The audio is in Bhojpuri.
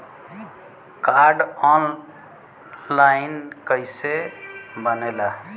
कार्ड ऑन लाइन कइसे बनेला?